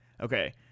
Okay